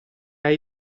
hai